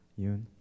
Yoon